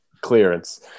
clearance